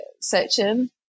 section